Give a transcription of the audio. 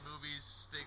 movies